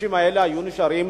הקשישים האלה היו